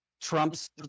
trump's